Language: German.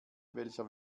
welcher